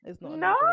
No